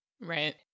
Right